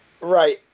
right